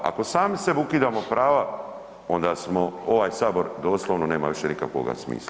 Ako sami sebi ukidamo prava onda smo ovaj Sabor doslovno nema više nikakvog smisla.